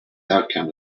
outcome